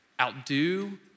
Outdo